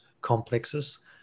complexes